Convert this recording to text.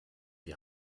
die